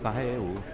ah hello.